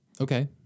Okay